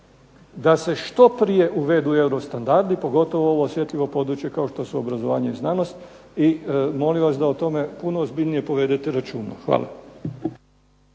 da se što prije uvedu eurostandardi pogotovo ovo osjetljivo područje kao što su obrazovanje i znanost i molim vas da o tome puno ozbiljnije povedete računa. Hvala.